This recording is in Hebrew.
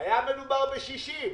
היה מדובר ב-60.